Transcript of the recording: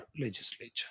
legislature